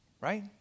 Right